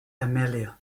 amelia